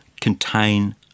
contain